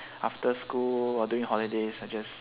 after school or during holidays I just